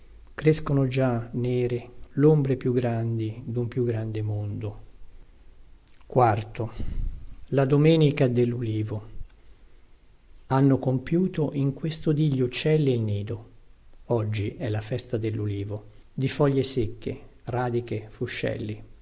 crescono già nere lombre più grandi dun più grande mondo la domenica dellulivo hanno compiuto in questo dì gli uccelli il nido oggi è la festa dellulivo di foglie secche radiche fuscelli